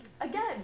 again